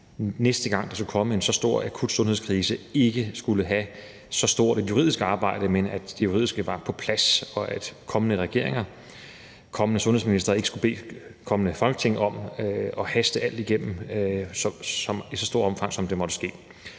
næste gang der kommer en så stor, akut sundhedskrise, ikke skulle have så stort et juridisk arbejde, men at det juridiske var på plads, og at kommende regeringer, kommende sundhedsministre ikke skulle bede et kommende Folketing om at haste alt igennem i så stort et omfang, som det måtte ske.